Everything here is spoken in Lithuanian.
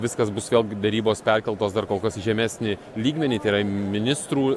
viskas bus vėlgi derybos perkeltos dar kol kas į žemesnį lygmenį tai yra ministrų